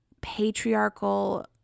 patriarchal